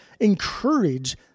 encourage